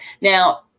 Now